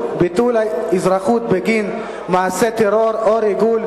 ביטול אזרחות בגין מעשה טרור או ריגול),